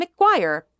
McGuire